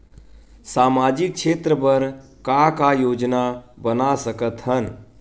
सामाजिक क्षेत्र बर का का योजना बना सकत हन?